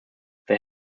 they